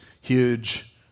huge